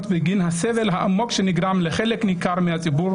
בגין הסבל העמוק שנגרם לחלק ניכר מהציבור,